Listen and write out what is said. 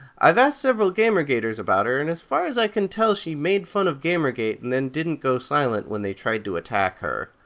i've asked several gamergaters about her, and as far as i can tell she made fun of gamergate and then didn't go silent when they tried to attack her.